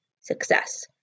success